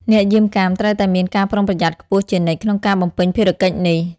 អ្នកយាមកាមត្រូវតែមានការប្រុងប្រយ័ត្នខ្ពស់ជានិច្ចក្នុងការបំពេញភារកិច្ចនេះ។